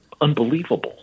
unbelievable